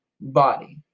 body